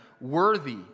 worthy